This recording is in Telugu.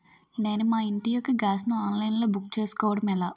నేను మా ఇంటి యెక్క గ్యాస్ ను ఆన్లైన్ లో బుక్ చేసుకోవడం ఎలా?